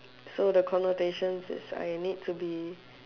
so the connotation is I need to be